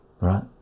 right